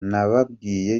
nababwiye